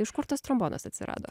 iš kur tas trombonas atsirado